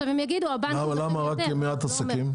למה רק מעט עסקים?